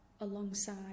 alongside